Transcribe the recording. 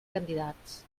candidats